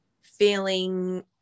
feeling